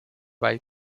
bei